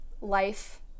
life